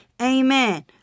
Amen